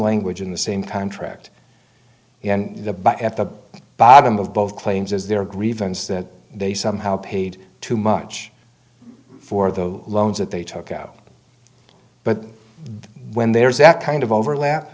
language in the same contract and the back at the bottom of both claims is their grievance that they somehow paid too much for the loans that they took out but when there's act kind of overlap